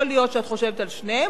יכול להיות שאת חושבת על שתיהן,